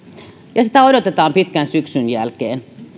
ja sitä odotetaan pitkän syksyn jälkeen